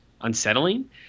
unsettling